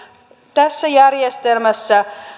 tässä järjestelmässä